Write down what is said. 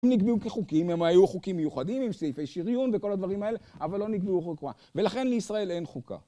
הם נקבעו כחוקים, הם היו חוקים מיוחדים עם סעיפי שריון וכל הדברים האלה, אבל לא נקבעו חוקה, ולכן לישראל אין חוקה.